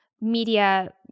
media